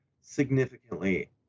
significantly